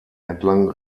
entlang